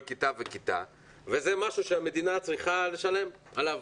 כיתה וכיתה וזה משהו שהמדינה צריכה לשלם עליו.